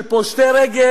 של פושטי רגל,